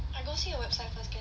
I go see the website first can